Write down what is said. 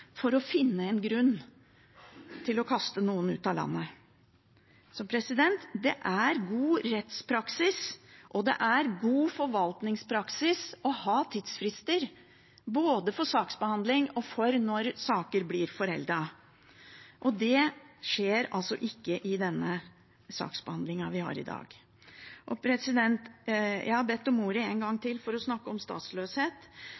for å finne en grunn til å kaste noen ut av landet. Det er god rettspraksis og god forvaltningspraksis å ha tidsfrister både for saksbehandling og for når saker blir foreldet. Det skjer ikke i den saksbehandlingen vi har i dag. Jeg har bedt om ordet en gang